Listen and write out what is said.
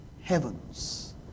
heavens